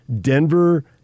Denver